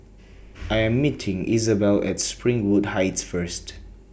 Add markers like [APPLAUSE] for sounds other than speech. [NOISE] I Am meeting Isabell At Springwood Heights First